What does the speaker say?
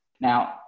Now